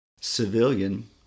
civilian